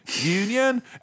union